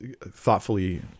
thoughtfully